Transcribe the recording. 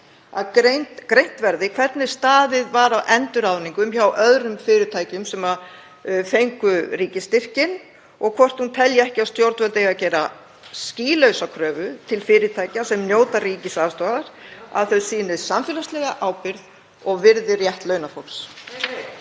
að greint verði frá því hvernig staðið var að endurráðningum hjá öðrum fyrirtækjum sem fengu ríkisstyrkinn og hvort hún telji ekki að stjórnvöld eigi að gera skýlausa kröfu til fyrirtækja sem njóta ríkisaðstoðar um að þau sýni samfélagslega ábyrgð og virði rétt launafólks.